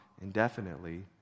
indefinitely